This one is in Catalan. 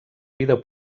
vida